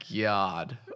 God